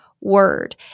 word